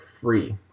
free